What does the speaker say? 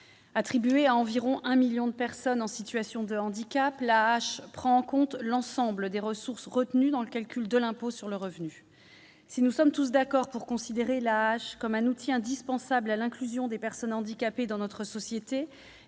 Attribuée à environ 1 million de personnes en situation de handicap, l'AAH prend en compte l'ensemble des ressources retenues dans le calcul de l'impôt sur le revenu. Si nous sommes tous d'accord pour considérer l'AAH comme un outil indispensable à l'inclusion des personnes handicapées dans notre société,